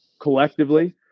collectively